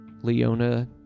Leona